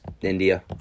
India